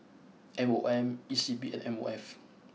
M O M E C P and M O F